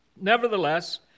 Nevertheless